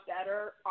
better